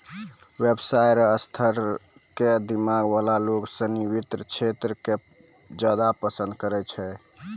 व्यवसाय र स्तर क दिमाग वाला लोग सिनी वित्त क्षेत्र क ज्यादा पसंद करै छै